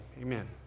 amen